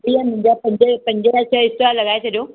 भईया मुंहिंजा पंज पंज स्टॉल लॻाए छॾियो